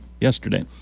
yesterday